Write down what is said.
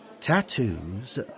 Tattoos